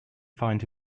find